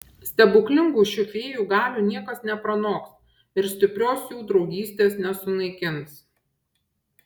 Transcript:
stebuklingų šių fėjų galių niekas nepranoks ir stiprios jų draugystės nesunaikins